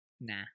nah